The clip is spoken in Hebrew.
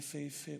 יפהפה,